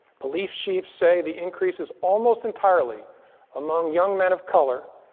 police chiefs say the increase is almost entirely among young men of color,